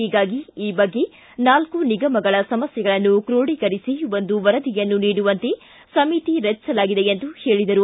ಹೀಗಾಗಿ ಈ ಬಗ್ಗೆ ನಾಲ್ಕು ನಿಗಮಗಳ ಸಮಸ್ಥೆಗಳನ್ನು ಕ್ರೋಡಿಕರಿಸಿ ಒಂದು ವರದಿಯನ್ನು ನೀಡುವಂತೆ ಸಮಿತಿ ರಚಿಸಲಾಗಿದೆ ಎಂದು ಹೇಳಿದರು